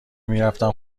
میرفتم